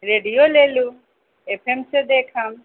radio ले लू F M सँ देखब